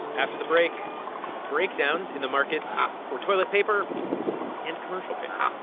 after the break breakdowns in the markets for toilet paper and commercial paper